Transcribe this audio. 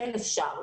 כן אפשר,